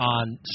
on